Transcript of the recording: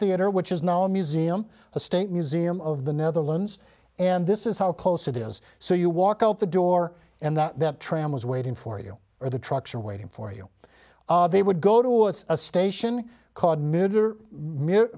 theater which is now a museum a state museum of the netherlands and this is how close it is so you walk out the door and that tram was waiting for you or the trucks are waiting for you they would go towards a station called m